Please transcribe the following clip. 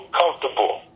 comfortable